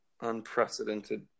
Unprecedented